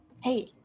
Hey